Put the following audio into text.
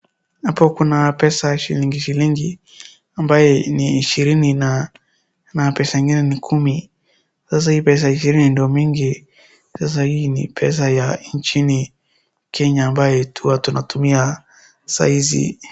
Hapo kuna pesa shilingi shilingi, ambaye ni shilingi ishirini na pesa ingine ni kumi. Sasa hii pesa ishirini ni mingi, sasa hii ni pesa ya nchini Kenya ambaye ni huwa tunatumia saa hizi